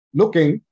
looking